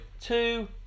Two